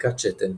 בדיקת שתן,